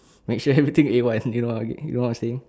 make sure everything A one you know you know what I'm saying